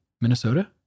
Minnesota